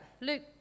Luke